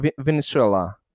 Venezuela